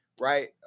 Right